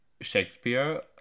Shakespeare